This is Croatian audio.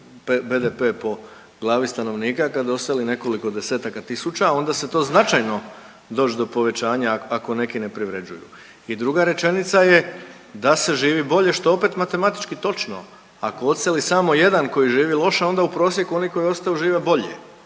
BDP po glavi stanovnika kad odseli nekoliko desetaka tisuća, a onda se to značajno doći do povećanja ako neki ne privređuju i druga rečenica je da se živi bolje, što je opet, matematički točno, ako odseli samo jedan koji žive loše, onda u prosjeku oni koji ostaju žive bolje.